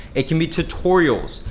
it can be tutorials,